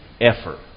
effort